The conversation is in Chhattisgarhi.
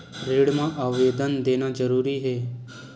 ऋण मा आवेदन देना जरूरी हे?